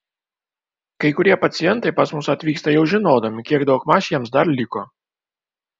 kai kurie pacientai pas mus atvyksta jau žinodami kiek daugmaž jiems dar liko